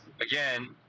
again